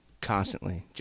constantly